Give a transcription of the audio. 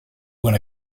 when